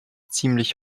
ziemlich